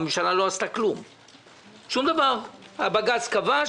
זאת בדיוק הבעיה.